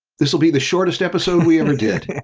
this will be the shortest episode we ever did.